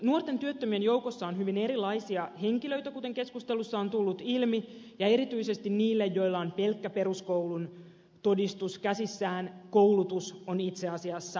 nuorten työttömien joukossa on hyvin erilaisia henkilöitä kuten keskustelussa on tullut ilmi ja erityisesti niille joilla on pelkkä peruskoulun todistus käsissään koulutus on itse asiassa oikea vastaus